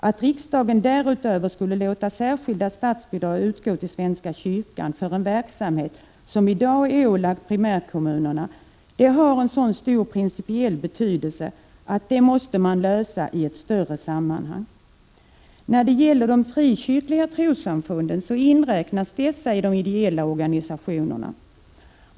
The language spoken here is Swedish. Att riksdagen därutöver skulle låta särskilda statsbidrag utgå till svenska kyrkan för en verksamhet som i dag är ålagd primärkommunerna har en sådan principiell betydelse att detta måste lösas i ett större sammanhang. De frikyrkliga trossamfunden inräknas bland de ideella organisationerna.